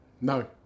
No